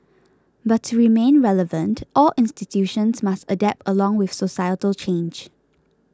but to remain relevant all institutions must adapt along with societal change